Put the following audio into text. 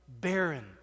barren